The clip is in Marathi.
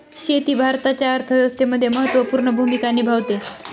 शेती भारताच्या अर्थव्यवस्थेमध्ये महत्त्वपूर्ण भूमिका निभावते